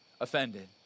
offended